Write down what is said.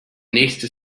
nächste